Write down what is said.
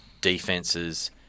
defenses